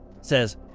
says